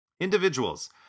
Individuals